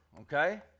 okay